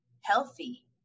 healthy